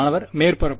மாணவர் மேற்பரப்பு